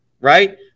right